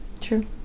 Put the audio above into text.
true